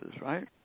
right